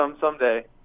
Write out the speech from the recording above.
someday